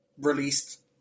released